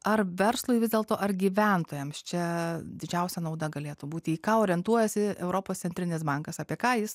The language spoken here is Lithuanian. ar verslui vis dėlto ar gyventojams čia didžiausia nauda galėtų būti į ką orientuojasi europos centrinis bankas apie ką jis